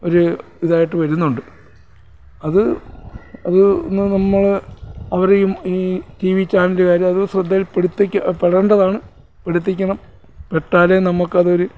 ഒരു ഇതായിട്ട് വരുന്നുണ്ട് അത് അത് ഒന്ന് നമ്മൾ അവരെയും ഈ ടീ വി ചാനലുകാർ അത് ശ്രദ്ധയിൽപ്പെടുത്തിക്കുക പെടേണ്ടതാണ് പെടുത്തിക്കണം പെട്ടാലെ നമ്മൾക്കതൊരു